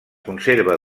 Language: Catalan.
conserva